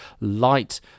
Light